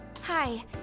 Hi